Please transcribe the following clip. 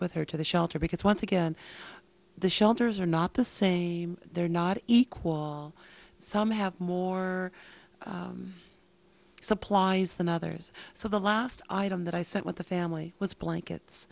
with her to the shelter because once again the shelters are not they're not equal some have more supplies than others so the last item that i sent with the family was blankets